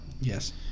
Yes